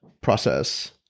process